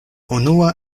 unua